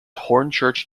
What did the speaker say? hornchurch